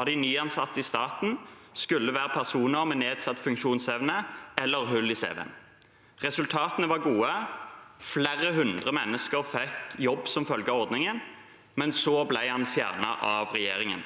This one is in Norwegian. av de nyansatte i staten skulle være personer med nedsatt funksjonsevne eller hull i cv-en. Resultatene var gode. Flere hundre mennesker fikk jobb som følge av ordningen, men så ble den fjernet av regjeringen.